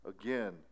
again